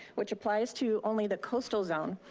which applies to only the coastal zone.